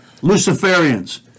Luciferians